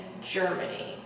Germany